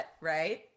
right